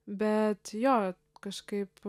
bet jo kažkaip